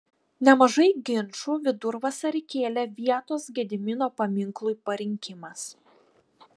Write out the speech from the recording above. nemažai ginčų vidurvasarį kėlė vietos gedimino paminklui parinkimas